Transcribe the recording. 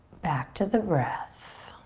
back to the breath.